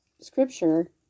scripture